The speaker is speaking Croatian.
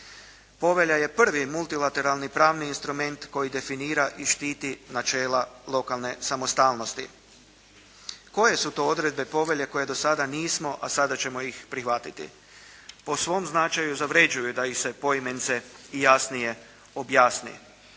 Povelja je prvi multilateralni pravni instrument koji definira i štiti načela lokalne samostalnosti. Koje su to odredbe Povelje koje do sada nismo, a sada ćemo ih prihvatiti? Po svom značaju zavređuje da ih se poimence i jasnije objasni,